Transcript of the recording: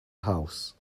house